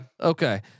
Okay